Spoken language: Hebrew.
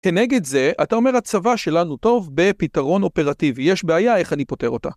כנגד זה, אתה אומר הצבא שלנו טוב בפתרון אופרטיבי, יש בעיה איך אני פותר אותה.